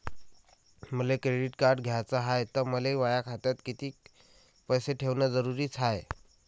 मले credit card घ्याचं हाय, त मले माया खात्यात कितीक पैसे ठेवणं जरुरीच हाय?